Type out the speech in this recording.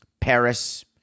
Paris